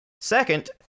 Second